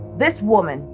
this woman,